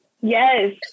yes